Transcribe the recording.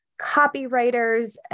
copywriters